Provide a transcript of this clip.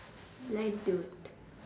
lay do it